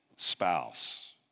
spouse